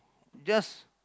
just